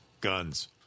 guns